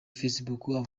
facebook